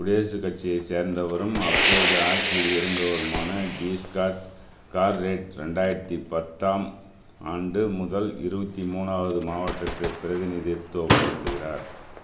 குடியரசு கட்சியை சேர்ந்தவரும் அப்போது ஆட்சியில் இருந்தவருமான டிஸ்காட் கார்ரெட் ரெண்டாயிரத்தி பத்தாம் ஆண்டு முதல் இருபத்தி மூணாவது மாவட்டத்தை பிரதிநிதித்துவப்படுத்துகிறார்